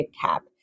cap